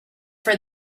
for